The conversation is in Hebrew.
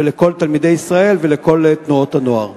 לכל תלמידי ישראל ולכל תנועות הנוער.